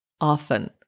often